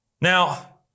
Now